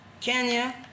Kenya